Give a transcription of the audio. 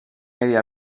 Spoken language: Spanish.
media